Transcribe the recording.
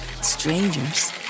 Strangers